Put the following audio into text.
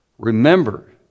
Remember